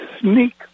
sneak